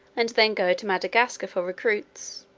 and then go to madagascar for recruits,